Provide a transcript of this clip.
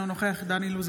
אינו נוכח דן אילוז,